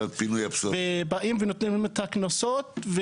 ובאים ונותנים את הקנסות.